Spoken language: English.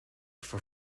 for